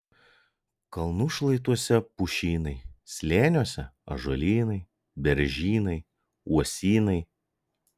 kalnų šlaituose pušynai slėniuose ąžuolynai beržynai uosynai